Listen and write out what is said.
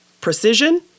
precision